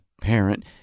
parent